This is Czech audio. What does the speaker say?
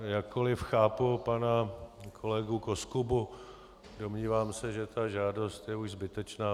Jakkoli chápu pana kolegu Koskubu, domnívám se, že ta žádost je už zbytečná.